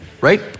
right